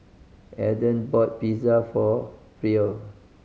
Aedan bought Pizza for Pryor